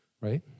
right